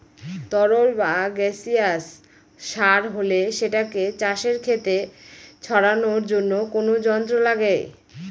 তরল বা গাসিয়াস সার হলে সেটাকে চাষের খেতে ছড়ানোর জন্য কোনো যন্ত্র লাগে